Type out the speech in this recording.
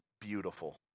beautiful